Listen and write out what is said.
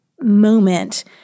moment